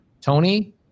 Tony